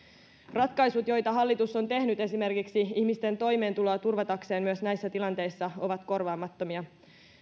ratkaisut joita hallitus on tehnyt esimerkiksi ihmisten toimeentuloa turvatakseen myös näissä tilanteissa ovat korvaamattomia